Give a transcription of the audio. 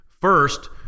First